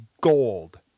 gold